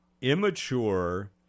immature